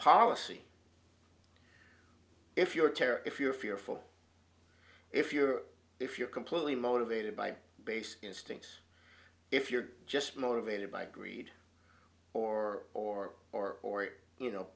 policy if you're terror if you're fearful if you're if you're completely motivated by base instincts if you're just motivated by greed or or or or you